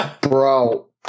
Bro